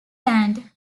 land